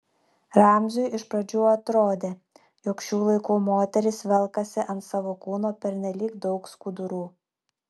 ramziui iš pradžių atrodė jog šių laikų moterys velkasi ant savo kūno pernelyg daug skudurų